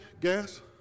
gas